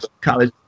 college